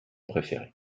préférées